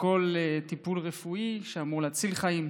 בפרוטוקול טיפול רפואי שאמור להציל חיים,